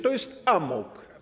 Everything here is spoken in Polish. To jest amok.